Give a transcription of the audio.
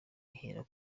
ihera